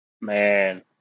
Man